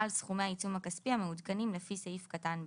על סכומי העיצום הכספי המעודכנים לפי סעיף קטן (ב).